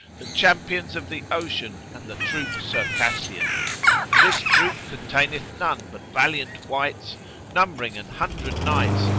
the champions of the ocean and the troop circassian and this troop containeth none but valiant wights numbering an hundred knights,